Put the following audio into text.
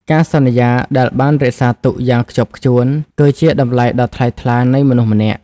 ការសន្យាដែលបានរក្សាទុកយ៉ាងខ្ជាប់ខ្ជួន គឺជាតម្លៃដ៏ថ្លៃថ្លានៃមនុស្សម្នាក់។